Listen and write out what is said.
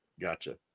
Gotcha